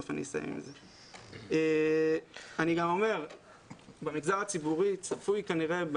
אני גם אומר שבמגזר הציבורי כנראה,